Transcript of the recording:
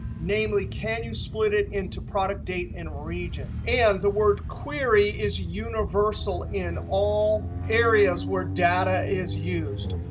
namely, can you split it into product, date, and region. and the word query is universal in all areas where data is used.